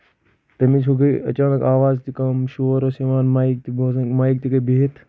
تمِچ ہُہ گٔے اچانک آواز تہِ کم شور اوس یِوان میِک تہِ بوزان میِک تہِ گٔے بِہتھ